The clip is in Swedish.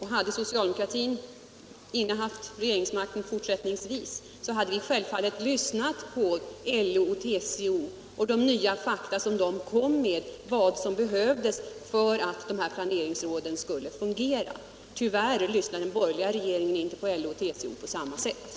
Hade socialdemokraterna innehaft regeringsmakten fortsättningsvis hade vi självfallet lyssnat på LO och TCO när de kom med nya fakta om vad som behövs för att planeringsråden skulle fungera. Tyvärr lyssnar den borgerliga regeringen inte på samma sätt på LO och TCO.